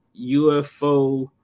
ufo